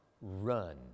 run